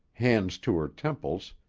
hands to her temples,